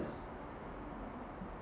s~